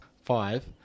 five